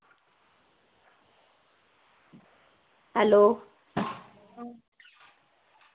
hello